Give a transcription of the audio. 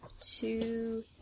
two